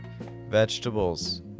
vegetables